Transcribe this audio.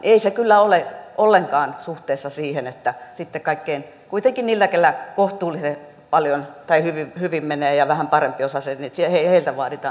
ei se kyllä ole ollenkaan suhteessa siihen että sitten kuitenkin heiltä kellä kohtuullisen hyvin menee ja vähän parempiosaisilta vaaditaan sitten prosentti